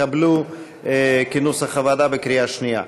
התקבלו כנוסח הוועדה בקריאה שנייה.